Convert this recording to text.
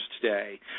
today